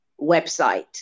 website